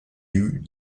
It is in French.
eût